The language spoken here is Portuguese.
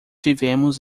vivemos